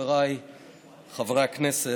חבריי חברי הכנסת,